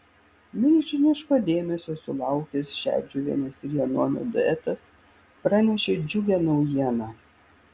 milžiniško dėmesio sulaukęs šedžiuvienės ir janonio duetas pranešė džiugią naujieną